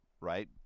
right